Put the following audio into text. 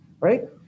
right